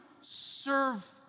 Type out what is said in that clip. serve